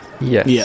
Yes